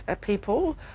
people